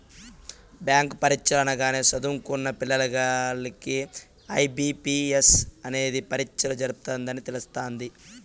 bank పరీచ్చలు అనగానే సదుంకున్న పిల్లగాల్లకి ఐ.బి.పి.ఎస్ అనేది పరీచ్చలు జరపతదని తెలస్తాది